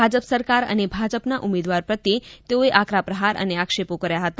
ભાજપ સરકાર અને ભાજપના ઉમેદવાર પ્રત્યે તેઓએ આકરા પ્રહાર અને આક્ષેપો કર્યા હતા